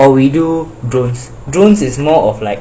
or we do drones drones is more of like